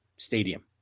Stadium